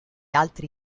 altri